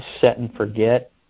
set-and-forget